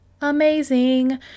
amazing